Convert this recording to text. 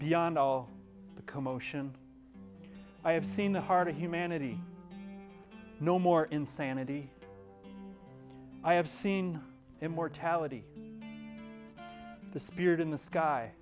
beyond all the commotion i have seen the heart of humanity no more insanity i have seen immortality the spirit in the sky